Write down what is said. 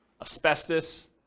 asbestos